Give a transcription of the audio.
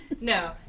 No